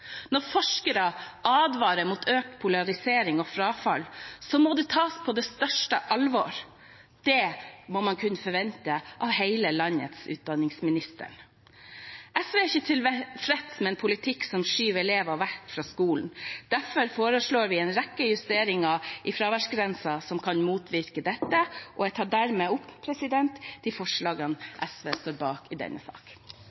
Når forskere advarer mot økt polarisering og frafall, må det tas på største alvor. Det må man kunne forvente av hele landets utdanningsminister. SV er ikke tilfreds med en politikk som skyver elever vekk fra skolen. Derfor foreslår vi en rekke justeringer i fraværsgrensen som kan motvirke dette, og jeg tar dermed opp de forslagene SV står bak i denne saken. Representanten Mona Fagerås har tatt opp de forslagene